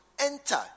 Enter